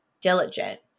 diligent